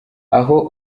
aho